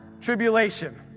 tribulation